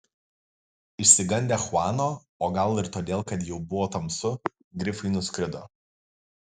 išsigandę chuano o gal ir todėl kad jau buvo tamsu grifai nuskrido